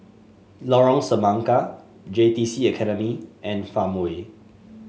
Lorong Semangka J T C Academy and Farmway